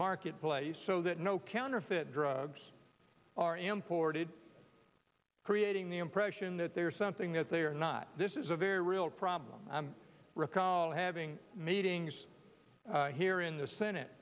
marketplace so that no counterfeit drugs are imported creating the impression that they are something that they are not this is a very real problem and recall having meetings here in the senate